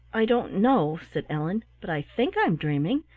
i don't know, said ellen, but i think i'm dreaming,